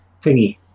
thingy